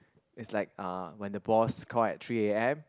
it's like uh when the boss call at three a_m